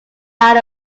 out